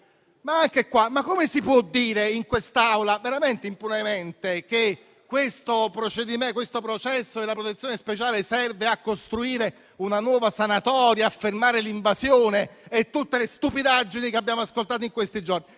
Come si può dire in quest'Aula, davvero impunemente, che il processo della protezione speciale serve a costruire una nuova sanatoria, a fermare l'invasione e tutte le stupidaggini che abbiamo ascoltato in questi giorni?